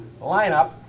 lineup